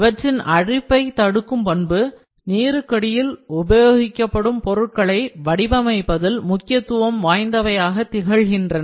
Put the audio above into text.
இவற்றின் அரிப்பை தடுக்கும் பண்பு நீருக்கடியில் உபயோகிக்கப்படும் பொருட்களை வடிவமைப்பதில் முக்கியத்துவம் வாய்ந்தவையாக திகழ்கின்றன